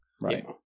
Right